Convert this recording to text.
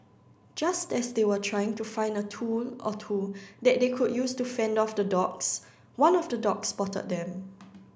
just as they were trying to find a tool or two that they could use to fend off the dogs one of the dogs spotted them